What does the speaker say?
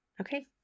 Okay